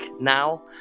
now